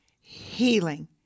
healing